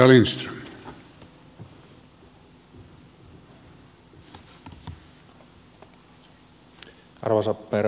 arvoisa herra puhemies